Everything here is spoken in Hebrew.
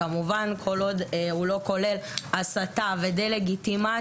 כמובן כל עוד הוא לא כולל הסתה ודה-לגיטימציה,